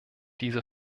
diese